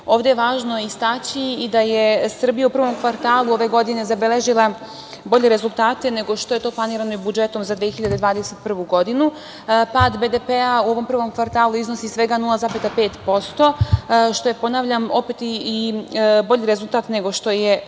je važno istaći i da je Srbija u prvom kvartalu ove godine zabeležila bolje rezultate nego što je to planirano budžetom za 2021. godinu. Pad BDP u ovom prvom kvartalu iznosi svega 0,5%, što je, ponavljam, opet i bolji rezultat nego što je bilo